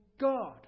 God